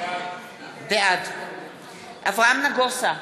בעד אברהם נגוסה,